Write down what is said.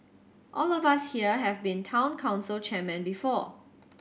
all of us here have been Town Council chairmen before